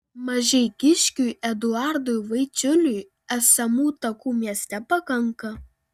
mažeikiškiui eduardui vaičiuliui esamų takų mieste pakanka